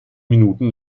minuten